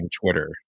Twitter